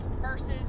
versus